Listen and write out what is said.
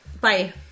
Bye